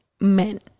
men